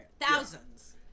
Thousands